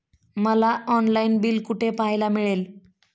मला online bill कुठे पाहायला मिळेल?